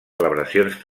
celebracions